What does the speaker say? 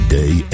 day